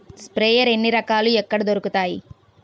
Sprayer ఎన్ని రకాలు? ఎక్కడ దొరుకుతాయి?